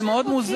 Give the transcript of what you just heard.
זה מאוד מוזר.